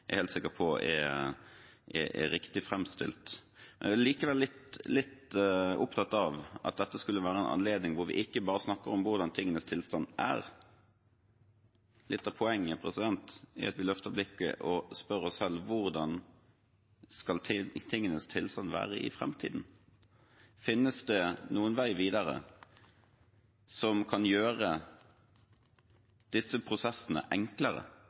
jeg er helt sikker på er riktig framstilt. Jeg er likevel litt opptatt av at dette skulle være en anledning hvor vi ikke bare snakker om hvordan tingenes tilstand er. Litt av poenget er at vi løfter blikket og spør oss selv: Hvordan skal tingenes tilstand være i framtiden? Finnes det noen vei videre som kan gjøre disse prosessene enklere?